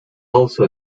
also